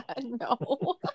No